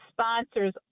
sponsors